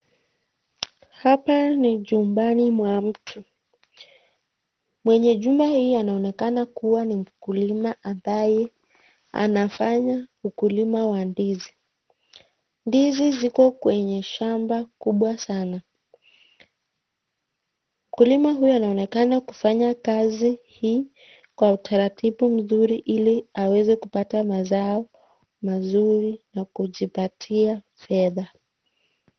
Hapa ni chumbani mwa mtu ,mwenye jumba hii anaonekana kuwa ni mkulima ambaye anafanya ukulima wa ndizi , ndizi ziko kwenye shamba kubwa sana , mkulima huyu anaonekana kufanya kazi hii kwa utaratibu mzuri ili aweze kupata mazao mazuri na kujipatia fedha.